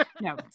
No